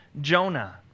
Jonah